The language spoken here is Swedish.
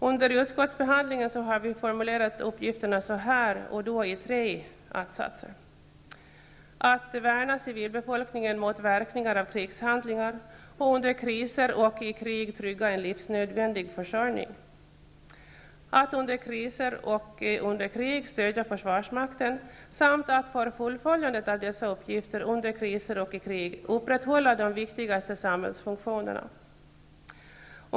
Under utskottsbehandlingen har vi formulerat uppgifterna så här: -- att värna civilbefolkningen mot verkningar av krigshandlingar och under kriser och i krig trygga en livsnödvändig försörjning, -- att under kriser och under krig stödja försvarsmakten samt -- att för fullföljandet av dessa uppgifter under kriser och i krig upprätthålla de viktigaste samhällsfunktionerna.